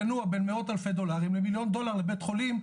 ינוע מ-100 אלף דולר למיליון דולר לבית חולים,